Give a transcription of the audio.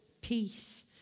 peace